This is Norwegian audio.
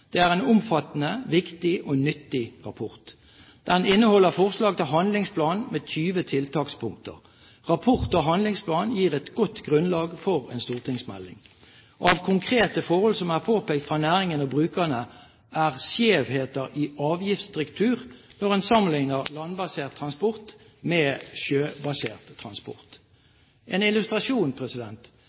Det er en omfattende, viktig og nyttig rapport. Den inneholder forslag til handlingsplan med 20 tiltakspunkter. Rapport og handlingsplan gir et godt grunnlag for en stortingsmelding. Av konkrete forhold som er påpekt fra næringen og brukerne, er skjevheter i avgiftsstruktur når en sammenligner landbasert transport med sjøbasert transport. En illustrasjon: